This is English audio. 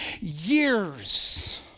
years